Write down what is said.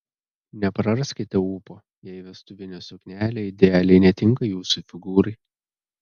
nepraraskite ūpo jei vestuvinė suknelė idealiai netinka jūsų figūrai